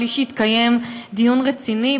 בלי שהתקיים דיון רציני,